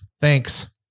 thanks